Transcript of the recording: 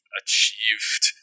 achieved